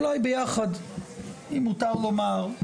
אולי ביחד אם מותר לומר,